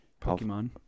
Pokemon